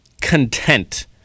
content